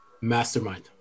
Mastermind